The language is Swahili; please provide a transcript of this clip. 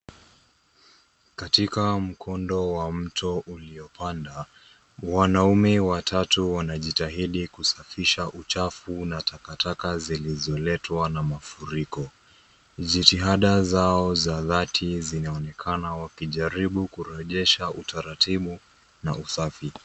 Katika mkondo wa mto uliopanda, wanaume watatu wanajitahidi kusafisha uchafu na takataka zilizoletwa na mafuriko, jitihada zao za dhati zinaonekana wakijaribu kurejesha utaratibu na usafi.